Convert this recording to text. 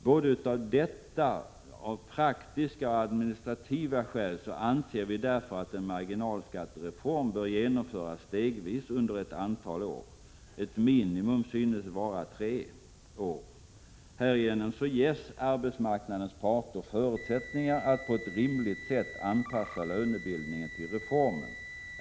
Både på grund av detta och av praktiska och administrativa skäl anser vi därför att en marginalskattereform bör genomföras stegvis under ett antal år. Ett minimum synes vara tre år. Härigenom ges arbetsmarknadens parter förutsättningar att på ett rimligt sätt anpassa lönebildningen till reformen.